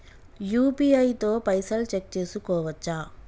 UPI తో పైసల్ check చేసుకోవచ్చా?